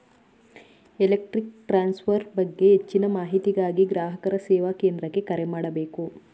electric transfer ಬಗ್ಗೆ ಹೆಚ್ಚಿನ ಮಾಹಿತಿಗಾಗಿ ಗ್ರಾಹಕರ ಸೇವಾ ಕೇಂದ್ರಕ್ಕೆ ಕರೆ ಮಾಡಬೇಕು